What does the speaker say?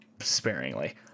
sparingly